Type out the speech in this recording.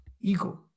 ego